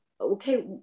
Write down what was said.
okay